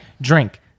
drink